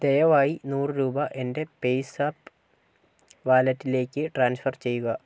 ദയവായി നുറ് രൂപ എൻ്റെ പേയ്സാപ്പ് വാലറ്റിലേക്ക് ട്രാൻസ്ഫർ ചെയ്യുക